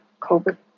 COVID